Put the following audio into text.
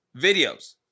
videos